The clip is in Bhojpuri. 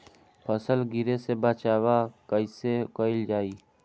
फसल गिरे से बचावा कैईसे कईल जाई?